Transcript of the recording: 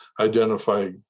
identify